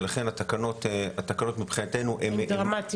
ולכן מבחינתנו התקנות הן דרמטיות.